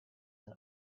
than